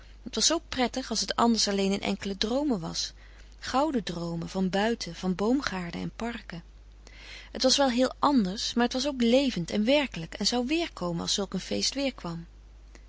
het was zoo prettig als het anders alleen in enkele droomen was gouden droomen van buiten van boomgaarden en parken het was wel heel anders maar het was ook levend en werkelijk en zou weerkomen als zulk een feest weer kwam